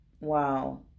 Wow